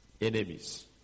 Enemies